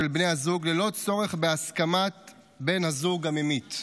של בני הזוג ללא צורך בהסכמת בן הזוג הממית.